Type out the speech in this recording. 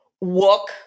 walk